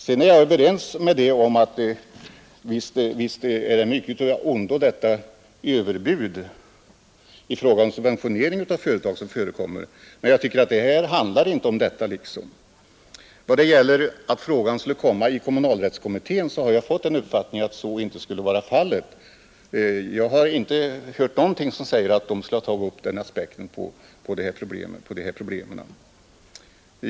Sedan håller jag med om att överbuden i fråga om subventionering av företag ofta är av ondo, men jag tycker inte att det handlar om den saken i detta fall. Vad gäller att frågan skulle behandlas i kommunalrättskommitténs betänkande har jag fått den uppfattningen, att så inte skulle vara fallet. Jag har inte hört någonting som säger att kommittén skulle ha tagit upp den aspekten på problemet.